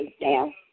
down